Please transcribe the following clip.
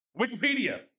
Wikipedia